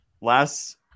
last